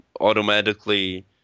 automatically